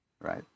Right